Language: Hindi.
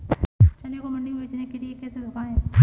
चने को मंडी में बेचने के लिए कैसे सुखाएँ?